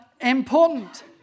important